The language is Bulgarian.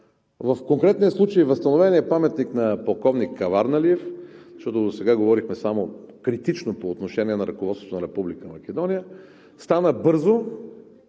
В конкретния случай е възстановен паметникът на полковник Каварналиев, защото досега говорихме само критично по отношение на ръководството на Република